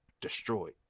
destroyed